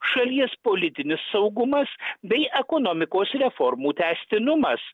šalies politinis saugumas bei ekonomikos reformų tęstinumas